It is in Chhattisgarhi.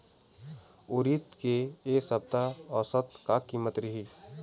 उरीद के ए सप्ता औसत का कीमत रिही?